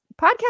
podcast